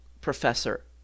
professor